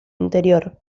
interior